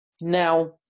Now